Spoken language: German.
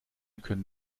können